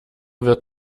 wird